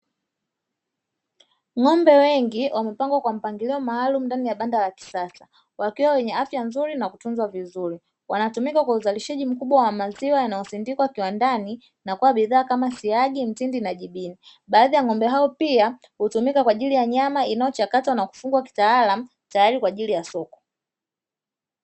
Ng'ombe wengi wamepangwa kwa mpangilio maalumu ndani ya banda la kisasa, wakiwa wenye afya nzuri na kutunzwa vizuri. Wanatumika kwa uzalishaji mkubwa wa maziwa yanayosindikwa kiwandani na kuwa bidhaa kama siagi, mtindi na jibini. Baadhi ya ng'ombe hao pia hutumika kwa ajili ya nyama inayochakatwa na kufungwa kitaalamu inayotumika kwa ajili ya soko.